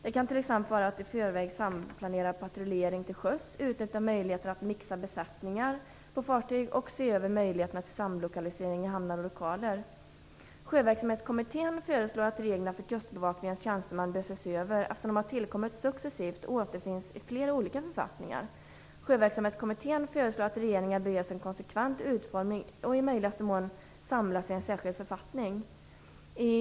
Det kan t.ex. vara att i förväg samplanera patrullering till sjöss, utnyttja möjligheten att blanda besättningar på fartyg och att se över möjligheterna till samlokalisering i hamnar och lokaler. Sjöverksamhetskommittén föreslår att reglerna för kustbevakningens tjänstemän bör ses över, eftersom de har tillkommit successivt och återfinns i flera olika författningar. Sjöverksamhetskommittén föreslår att reglerna skall utformas konsekvent och i möjligaste mån samlas i en särskild författning.